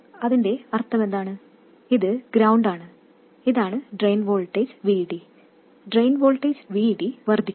അതിന്റെ അർത്ഥമെന്താണ് ഇത് ഗ്രൌണ്ട് ആണ് ഇതാണ് drain voltage VD drain voltage VD വർദ്ധിക്കുന്നു